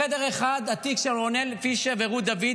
חדר אחד, התיק של רונאל פישר ורות דוד.